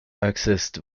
accessed